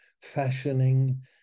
fashioning